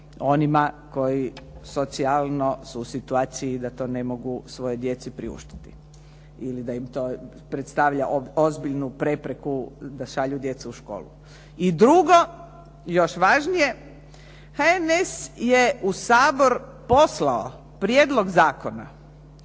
onima koji socijalno su u situaciji da to ne mogu svojoj djeci omogućiti ili da im to predstavlja ozbiljnu prepreku da šalju djecu u školu. I drugo, još važnije, HNS je u Sabor poslao prijedlog zakona